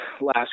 last